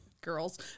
girls